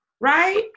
right